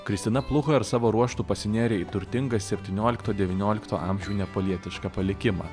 kristina pluhar savo ruožtu pasinėrė į turtingą septyniolikto devyniolikto amžių nepalietišką palikimą